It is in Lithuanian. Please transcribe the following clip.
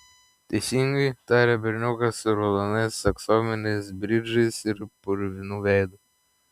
teisingai tarė berniukas su raudonais aksominiais bridžais ir purvinu veidu